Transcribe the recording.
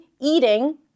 eating